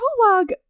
prologue